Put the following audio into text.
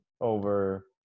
over